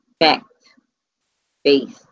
fact-based